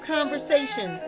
Conversation